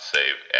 Save